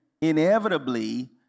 inevitably